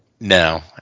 no